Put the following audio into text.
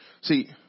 see